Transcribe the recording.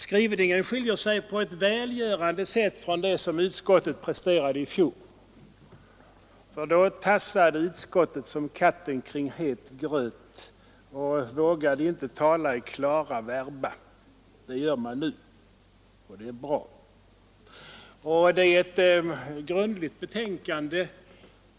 Betänkandet skiljer sig på ett välgörande sätt från det som utskottet presterade i fjol. Då tassade utskottet som katten kring het gröt och vågade inte tala i klara verba. Det gör man nu, och det är bra. Det är ett grundligt betänkande.